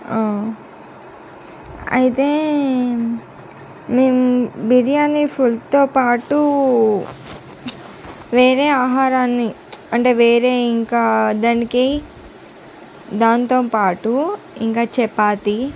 అయితే మేము బిర్యానీ ఫుల్తో పాటు వేరే ఆహారాన్ని అంటే వేరే ఇంకా దానికి దానితోపాటు ఇంకా చపాతి